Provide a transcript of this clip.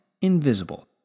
invisible